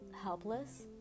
helpless